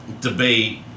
debate